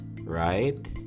right